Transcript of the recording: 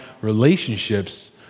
relationships